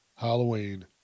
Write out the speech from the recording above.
halloween